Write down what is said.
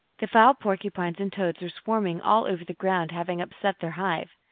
the foul porcupines and toads were swarm ing all over the ground, having upset their hive.